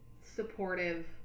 supportive